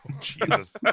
Jesus